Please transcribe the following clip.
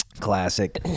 classic